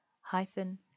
hyphen